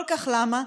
כל כך למה?